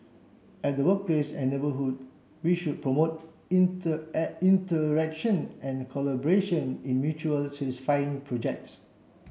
at the workplace and neighbourhood we should promote interaction and collaboration in mutually satisfying projects